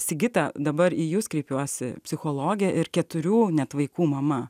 sigita dabar į jus kreipiuosi psichologė ir keturių net vaikų mama